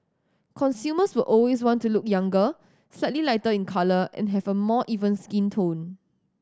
consumers will always want to look younger slightly lighter in colour and have a more even skin tone